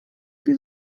wir